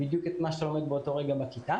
את מה שאתה לומד באותו רגע בכיתה.